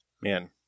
Man